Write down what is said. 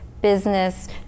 business